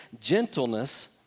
gentleness